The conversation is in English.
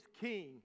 king